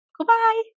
Goodbye